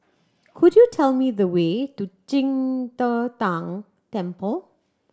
could you tell me the way to Qing De Tang Temple